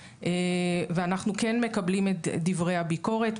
ואנחנו כן מקבלים את דברי הביקורת,